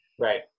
right